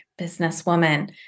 businesswoman